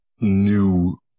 new